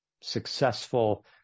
successful